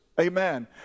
Amen